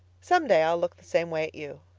some day i'll look the same way at you.